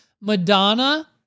Madonna